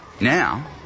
Now